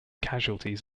casualties